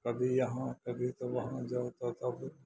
कभी यहाँ कभी तऽ वहाँ जाउ तब